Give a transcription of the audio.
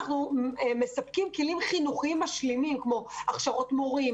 אנחנו מספקים כלים חינוכיים משלימים כמו הכשרות מורים,